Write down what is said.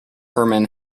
hermann